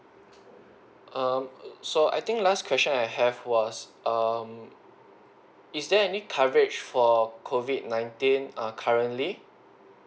um so I think last question I have was um is there any coverage for COVID nineteen err currently